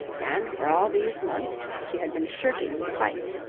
and for all these months she had been shirking the fight.